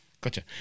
Gotcha